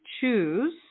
choose